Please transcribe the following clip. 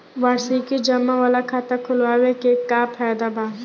वार्षिकी जमा वाला खाता खोलवावे के का फायदा बा?